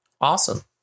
awesome